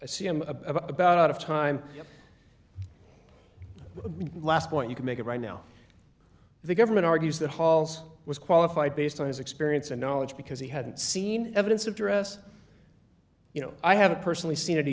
i see i'm about out of time last point you can make it right now the government argues that hauls was qualified based on his experience and knowledge because he hadn't seen evidence of duress you know i haven't personally seen it